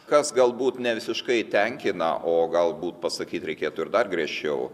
kas galbūt ne visiškai tenkina o galbūt pasakyt reikėtų ir dar griežčiau